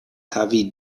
havi